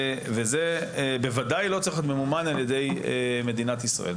וזה דבר שבוודאי לא צריך להיות במימון של מדינת ישראל.